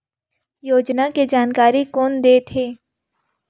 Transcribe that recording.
योजना के जानकारी कोन दे थे?